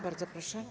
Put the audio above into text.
Bardzo proszę.